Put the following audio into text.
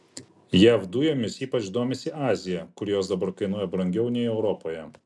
jav dujomis ypač domisi azija kur jos dabar kainuoja brangiau nei europoje